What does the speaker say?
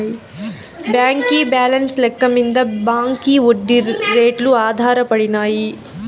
బాంకీ బాలెన్స్ లెక్క మింద బాంకీ ఒడ్డీ రేట్లు ఆధారపడినాయి